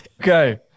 Okay